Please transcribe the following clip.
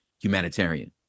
humanitarian